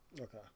Okay